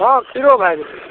हँ खीरो भए जेतै